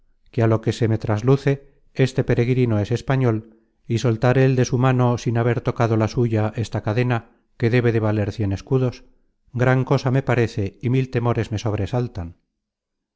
que á lo que se me trasluce este peregrino es español y soltar el de su mano sin haber tocado la tuya esta cadena que debe de valer cien escudos gran cosa me parece y mil temores me sobresaltan